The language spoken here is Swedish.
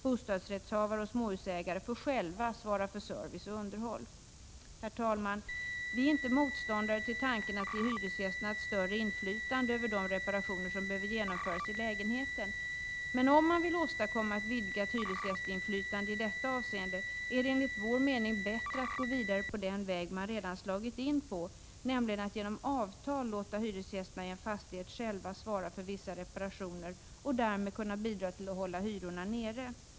Bostadsrättshavare och småhusägare får själva svara för service och underhåll. Herr talman! Vi är inte motståndare till tanken att ge hyresgästerna ett större inflytande över de reparationer som behöver genomföras i lägenheten. Men om man vill åstadkomma ett vidgat hyresgästinflytande i detta avseende, är det enligt vår mening bättre att gå vidare på den väg som man redan har slagit in på — nämligen att genom avtal låta hyresgästerna i en fastighet själva svara för vissa reparationer. Därmed kan de bidra till att hålla hyrorna nere.